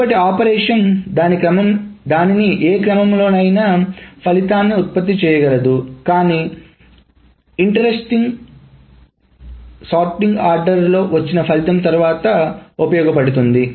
మునుపటి ఆపరేషన్ దానిని ఏ క్రమంలోనైనా ఫలితాన్ని ఉత్పత్తి చేయగలదు కానీ ఆసక్తికరంగా క్రమబద్ధీకరించిన క్రమంలో వచ్చిన ఫలితం తరువాత ఉపయోగపడుతుంది